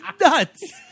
nuts